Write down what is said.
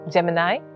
Gemini